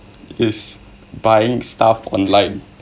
is buying stuff online